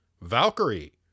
Valkyrie